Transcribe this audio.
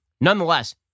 Nonetheless